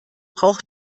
braucht